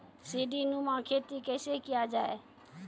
सीडीनुमा खेती कैसे किया जाय?